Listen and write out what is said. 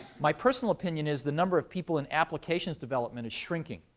my personal opinion is the number of people in applications development is shrinking.